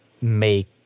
make